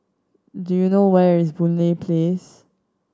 do you know where is Boon Lay Place